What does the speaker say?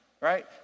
right